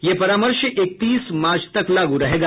यह परामर्श इकतीस मार्च तक लागू रहेगा